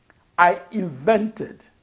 i invented